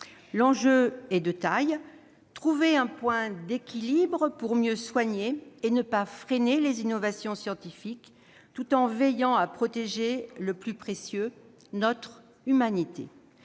L'enjeu est de taille : trouver un point d'équilibre pour mieux soigner, pour ne pas freiner les innovations scientifiques, tout en veillant à protéger le plus précieux, notre humanité.